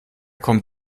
kommt